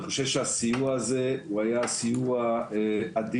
אני חושב שהסיוע הזה הוא היה סיוע אדיר,